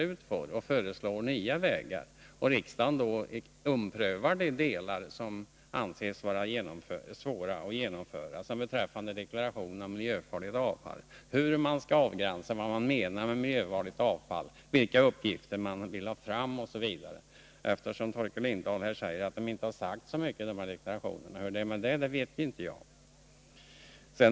Man får alltså föreslå nya vägar, och riksdagen får ompröva de delar som anses svåra att genomföra, t.ex. deklarationen om miljöfarligt avfall, hur man skall avgränsa och vad man menar med miljöfarligt avfall, vilka uppgifter man vill få fram osv. Torkel Lindahl påstod att man inte har sagt så mycket i deklarationen, men det känner jag inte till.